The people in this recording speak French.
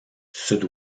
sud